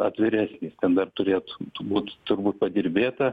atviresnis ten dar turėtų būt turbūt padirbėta